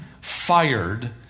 fired